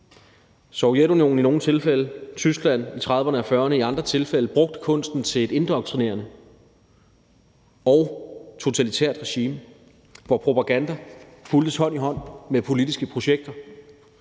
Sovjetunionen i nogle tilfælde og Tyskland i 1930'erne og 1940'erne i andre tilfælde brugte kunsten til et indoktrinerende og totalitært regime, hvor propaganda fulgtes hånd i hånd med politiske projekter